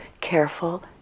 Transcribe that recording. careful